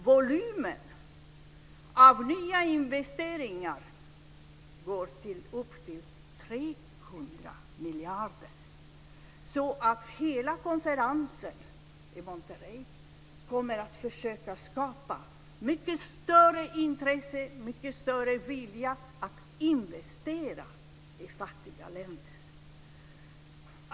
Volymen av nya investeringar går upp till 300 miljarder. Hela konferensen i Monterrey kommer att försöka skapa mycket större intresse, mycket större vilja att investera i fattiga länder.